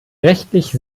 rechtlich